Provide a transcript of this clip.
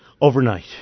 Overnight